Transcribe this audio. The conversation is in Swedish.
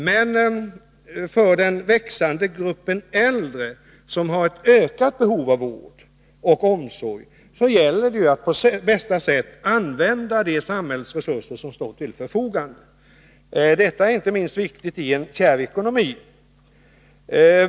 Men för den växande grupp av äldre som har ett ökat behov av vård och omsorg måste vi på bästa sätt använda de samhällsresurser som står till förfogande. Detta är inte minst viktigt i en situation med kärv ekonomi.